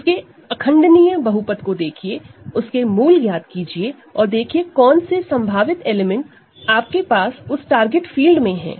उसके irreducible polynomial को देखिए उसके रूट ज्ञात कीजिए और देखिए कौन से संभावित एलिमेंट आपके पास उस टारगेट फील्ड में है